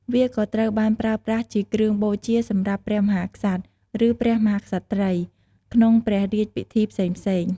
វាក៏ត្រូវបានប្រើប្រាស់ជាគ្រឿងបូជាសម្រាប់ ព្រះមហាក្សត្រ ឬ ព្រះមហាក្សត្រី ក្នុងព្រះរាជពិធីផ្សេងៗ។